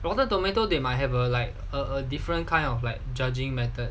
rotten tomato they might have a like a different kind of like judging method